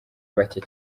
bacye